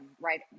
right